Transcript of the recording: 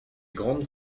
grandes